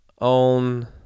own